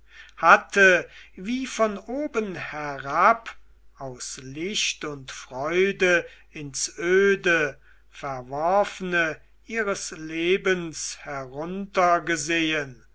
hatte wie von oben herab aus licht und freude ins öde verworfene ihres lebens